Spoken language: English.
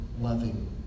loving